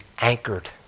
anchored